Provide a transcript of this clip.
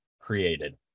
created